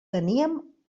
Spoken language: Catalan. teníem